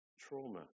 Trauma